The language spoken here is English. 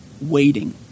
waiting